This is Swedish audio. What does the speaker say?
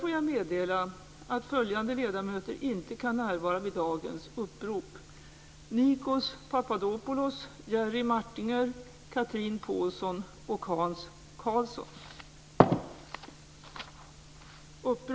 Varmt välkomna åter.